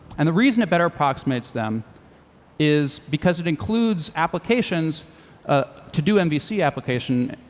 and the reason it better approximates them is because it includes applications ah to do mvc application,